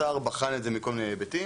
השר בחן את זה מכל מיני היבטים,